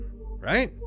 Right